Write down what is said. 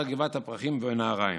אתר גבעת הפרחים בנהריים.